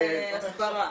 בכתבות הסברה.